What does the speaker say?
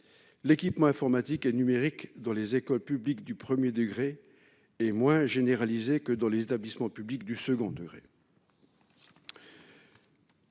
L'équipement informatique et numérique dans les écoles publiques du premier degré est moins généralisé que dans les établissements publics du second degré.